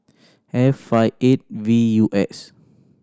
F five eight V U X